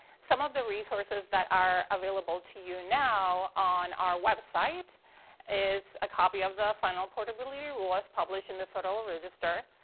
some of the resources that are available to you now on our website is a copy of the final portability rules as published in the federal register,